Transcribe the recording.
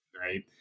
right